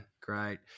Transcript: great